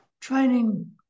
training